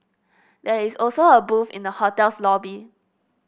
there is also a booth in the hotel's lobby